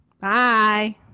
Bye